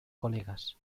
colegas